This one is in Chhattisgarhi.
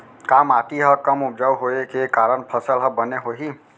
का माटी हा कम उपजाऊ होये के कारण फसल हा बने होही?